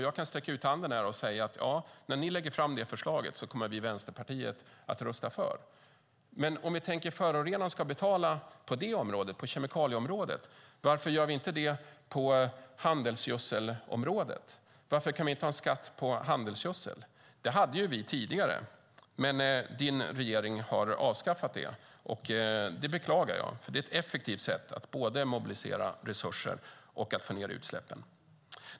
Jag kan sträcka ut handen här. När ni lägger fram det förslag kommer vi i Vänsterpartiet att rösta för. Men om vi kan tänka oss att förorenaren ska betala på kemikalieområdet, varför gör vi inte det på handelsgödselområdet? Varför kan vi inte ha en skatt på handelsgödsel? Det hade vi tidigare, men din regering har avskaffat det. Det beklagar jag. Det är ett effektivt sätt att både mobilisera resurser och få ned utsläppen.